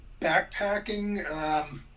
backpacking –